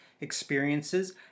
experiences